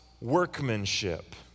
workmanship